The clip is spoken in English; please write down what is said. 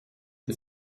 the